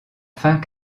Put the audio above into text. fin